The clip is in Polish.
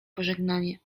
pożegnanie